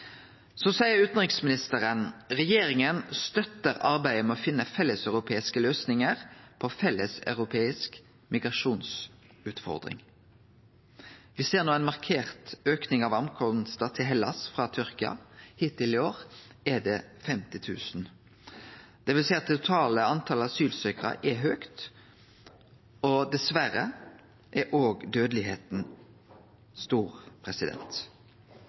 Så seier utanriksministeren: «Regjeringa støtter arbeidet med å finne felleseuropeiske løsninger på en felleseuropeisk migrasjonsutfordring.» Me ser no ein markert auke av personar som kjem fram til Hellas frå Tyrkia, hittil i år er det 50 000. Det vil seie at det totale talet på asylsøkjarar er høgt, og dessverre er